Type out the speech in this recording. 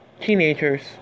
teenagers